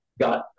got